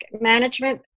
management